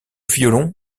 violon